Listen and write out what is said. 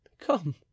Come